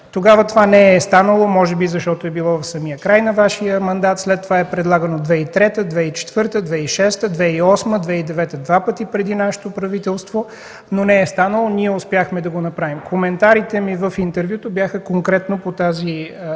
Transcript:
Тогава това не е станало, може би защото е било в самия край на Вашия мандат. После е предлагано през 2003, 2004, 2006, 2008, 2009 г. – два пъти, преди нашето правителство, но не са успели. Ние успяхме да го направим. Коментарите ми в интервюто бяха конкретно по тази тема.